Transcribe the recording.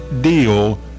deal